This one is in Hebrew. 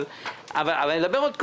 אבל אני מדבר עוד קודם.